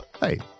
Hey